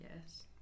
Yes